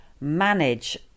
manage